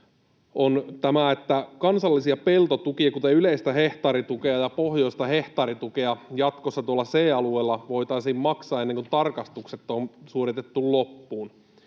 on tämä, että kansallisia peltotukia, kuten yleistä hehtaaritukea ja pohjoista hehtaaritukea, jatkossa tuolla C-alueella voitaisiin maksaa, ennen kuin tarkastukset on suoritettu loppuun.